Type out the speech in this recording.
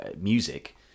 music